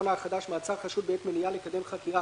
הקורונה החדש) (מעצר חשוד בעת מניעה לקדם חקירה),